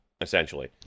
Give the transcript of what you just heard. essentially